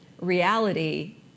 reality